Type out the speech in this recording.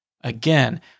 again